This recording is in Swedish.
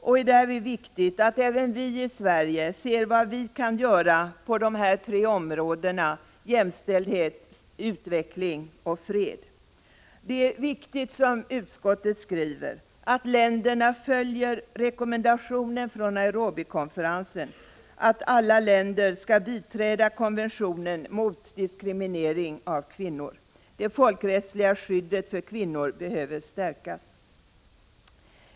Det är därvid viktigt att även vi i Sverige ser vad vi kan göra på dessa tre områden: jämställdhet, utveckling och fred. Det är viktigt — som utskottet skriver — att länderna följer rekommendationen från Nairobikonferensen att alla länder skall biträda konventionen mot diskriminering av kvinnor. Det folkrättsliga skyddet för kvinnor behöver stärkas.